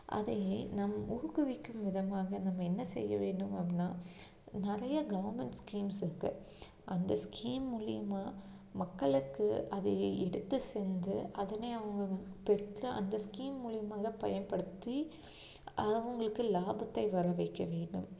அதையே நம் ஊக்குவிக்கும் விதமாக நம் என்ன செய்ய வேண்டும் அப்படின்னா நிறைய கவர்மெண்ட் ஸ்கீம்ஸ் இருக்குது அந்த ஸ்கீம் மூலிமா மக்களுக்கு அதையே எடுத்து சென்று அதனை அவங்க பெற்ற அந்த ஸ்கீம் மூலிமாக பயன்படுத்தி அவங்களுக்கு லாபத்தை வர வைக்க வேண்டும்